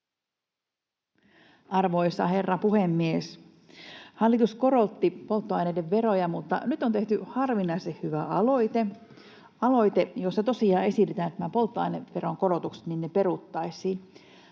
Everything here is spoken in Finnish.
Arvoisa herra puhemies! Hallitus korotti polttoaineiden veroja, mutta nyt on tehty harvinaisen hyvä aloite, jossa tosiaan esitetään, että nämä polttoaineveron korotukset peruttaisiin.